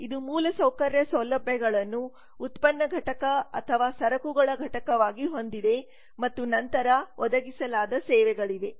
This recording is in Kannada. ಇದು ಮೂಲಸೌಕರ್ಯ ಸೌಲಭ್ಯಗಳನ್ನು ಉತ್ಪನ್ನ ಘಟಕ ಅಥವಾ ಸರಕುಗಳ ಘಟಕವಾಗಿ ಹೊಂದಿದೆ ಮತ್ತು ನಂತರ ಒದಗಿಸಲಾದ ಸೇವೆಗಳಿವೆ